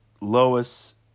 Lois